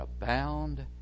abound